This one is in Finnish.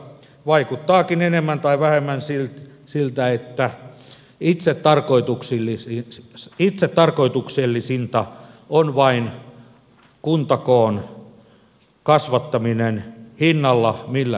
vaikuttaakin enemmän tai vähemmän siltä että itsetarkoituksellisinta on vain kuntakoon kasvattaminen hinnalla millä hyvänsä